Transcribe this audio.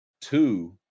two